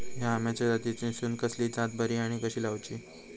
हया आम्याच्या जातीनिसून कसली जात बरी आनी कशी लाऊची?